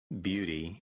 beauty